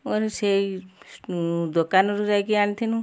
ଆରୁ ସେଇ ମୁଁ ଦୋକାନରୁ ଯାଇକି ଆଣିଥିନୁ